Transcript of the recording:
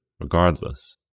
regardless